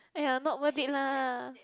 !aiya! not worth it lah